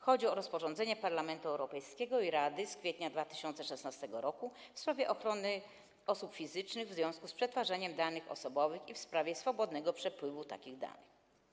Chodzi o rozporządzenie Parlamentu Europejskiego i Rady z kwietnia 2016 r. w sprawie ochrony osób fizycznych w związku z przetwarzaniem danych osobowych i w sprawie swobodnego przepływu takich danych.